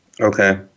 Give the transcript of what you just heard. Okay